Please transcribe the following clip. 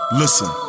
listen